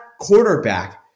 quarterback